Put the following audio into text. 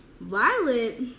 Violet